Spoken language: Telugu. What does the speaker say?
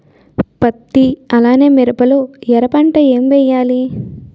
పత్తి అలానే మిరప లో ఎర పంట ఏం వేయాలి?